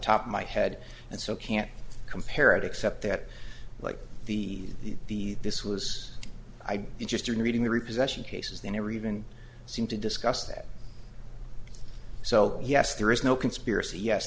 top of my head and so can't compare it except that like the the this was i interested in reading the reproduction cases they never even seem to discuss that so yes there is no conspiracy yes